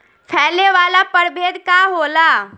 फैले वाला प्रभेद का होला?